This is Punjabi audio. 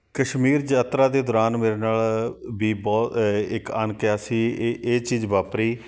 ਕਸ਼ਮੀਰ ਯਾਤਰਾ ਦੇ ਦੌਰਾਨ ਮੇਰੇ ਨਾਲ ਵੀ ਬਹੁਤ ਇੱਕ ਅਣਕਿਆਸੀ ਏ ਇਹ ਚੀਜ਼ ਵਾਪਰੀ